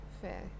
Fair